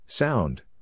Sound